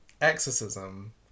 exorcism